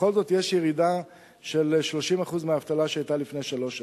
בכל זאת יש ירידה של 30% מהאבטלה שהיתה לפני שלוש שנים.